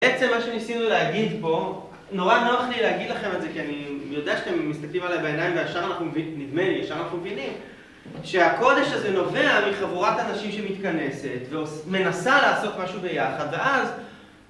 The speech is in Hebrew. בעצם מה שניסינו להגיד פה, נורא נוח לי להגיד לכם את זה כי אני יודע שאתם מסתכלים עליי בעיניים וישר אנחנו מבינים, שהקודש הזה נובע מחבורת אנשים שמתכנסת, ומנסה לעשות משהו ביחד, ואז